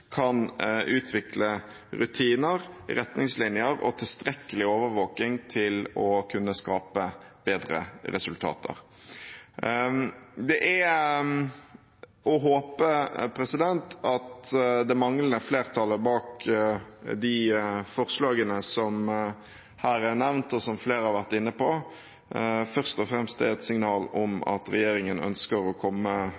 kan utvikle rutiner, retningslinjer og tilstrekkelig overvåking til å kunne skape bedre resultater. Det er å håpe at det manglende flertallet bak de forslagene som her er nevnt, og som flere har vært inne på, først og fremst er et signal om at regjeringen ønsker å komme